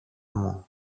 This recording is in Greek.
μου